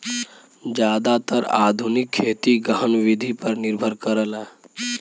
जादातर आधुनिक खेती गहन विधि पर निर्भर करला